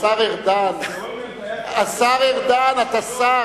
השר ארדן, השר ארדן, אתה שר.